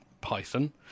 python